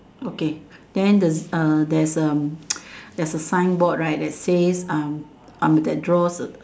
okay then the uh there's um there's a signboard right that says um I mean that draws a